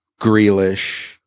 Grealish